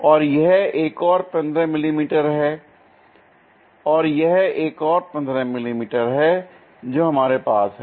और यह एक और 15 मिमी है और यह एक और 15 मिमी है जो हमारे पास है